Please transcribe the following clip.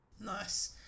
nice